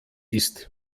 ist